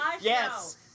Yes